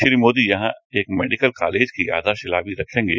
श्री मोदी यहां एक medical college की आधारशिला भी रखेंगे